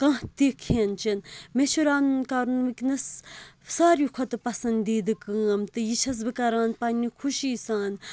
کانٛہہ تہِ کھٮ۪ن چٮ۪ن مےٚ چھُ رَنُن کَرُن وٕنۍکٮ۪نَس ساروی کھۄتہٕ پَسنٛدیٖدٕ کٲم تہٕ یہِ چھَس بہٕ کَران پَنٛنہِ خوشی سان